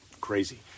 crazy